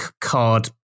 card